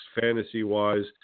fantasy-wise